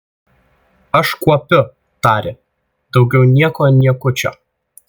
aš kuopiu tarė daugiau nieko niekučio